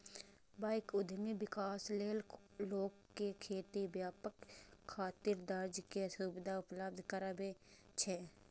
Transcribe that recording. bank उद्यम विकास लेल लोक कें खेती, व्यापार खातिर कर्ज के सुविधा उपलब्ध करबै छै